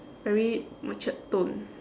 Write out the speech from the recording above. very matured tone